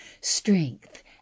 strength